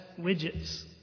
widgets